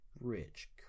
rich